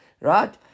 right